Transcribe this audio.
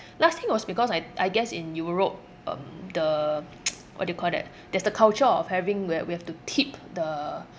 last thing was because I I guess in europe um the what do you call that there's the culture of having where we have to tip the